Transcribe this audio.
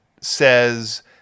says